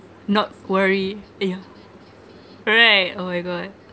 north quarry uh yeah correct oh my god